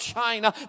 China